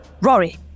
Rory